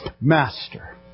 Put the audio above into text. Master